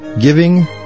giving